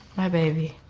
my baby,